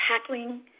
tackling